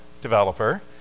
developer